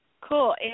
Cool